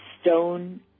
stone